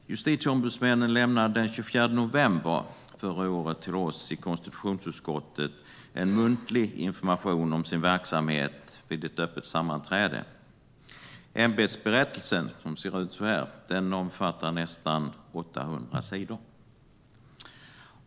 Herr talman! Justitieombudsmännen lämnade den 24 november förra året en muntlig information om sin verksamhet till oss i konstitutionsutskottet vid ett öppet sammanträde. Ämbetsberättelsen omfattar nästan 800 sidor.